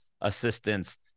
assistance